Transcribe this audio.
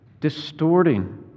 distorting